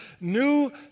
new